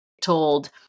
told